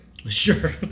Sure